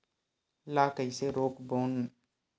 ला कइसे रोक बोन?